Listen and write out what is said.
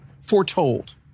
foretold